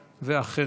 נמנעים,